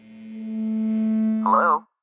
Hello